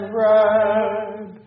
red